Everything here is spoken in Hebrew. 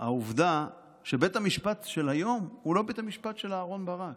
העובדה שבית המשפט של היום הוא לא בית המשפט של אהרן ברק.